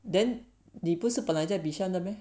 then the 不是本来在 bishan 的 meh